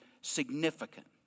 significant